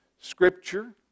scripture